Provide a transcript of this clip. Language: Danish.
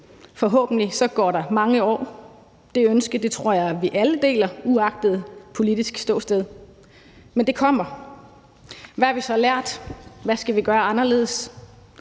Forhåbentlig går der mange år. Det ønske tror jeg at vi alle deler uagtet politisk ståsted. Men det kommer. Hvad har vi så lært? Hvad skal vi gøre anderledes?